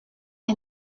est